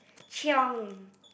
chiong